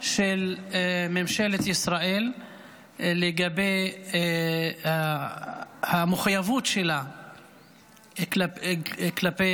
של ממשלת ישראל לגבי המחויבות שלה כלפי